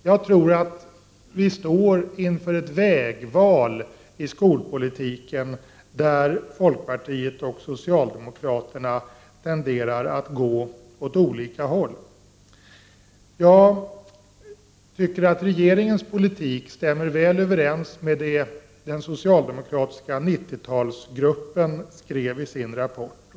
Jag tror att vi står inför ett vägval i skolpolitiken, där folkpartiet och socialdemokraterna tenderar att gå åt olika håll. Regeringens politik stämmer väl överens med det som den socialdemokratiska 90-talsgruppen skrev i sin rapport.